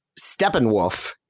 Steppenwolf